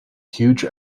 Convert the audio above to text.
huge